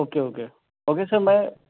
okay okay okay sir میں